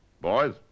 Boys